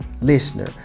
listener